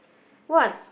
what